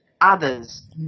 others